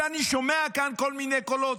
ואני שומע כאן כל מיני קולות: